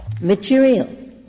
material